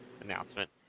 announcement